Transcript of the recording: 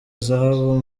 zahabu